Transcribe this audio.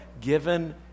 given